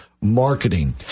Marketing